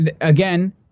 again